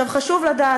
חשוב לדעת,